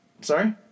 sorry